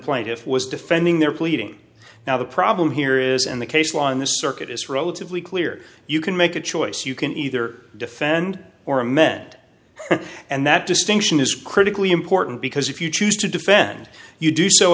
plaintiff was defending their pleading now the problem here is and the case law in this circuit is relatively clear you can make a choice you can either defend or amend and that distinction is critically important because if you choose to defend you do so